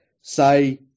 say